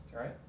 right